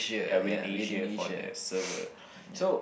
ya within Asia for the server so